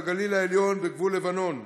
בגליל העליון ובגבול לבנון.